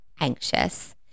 anxious